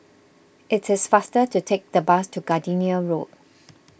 it is faster to take the bus to Gardenia Road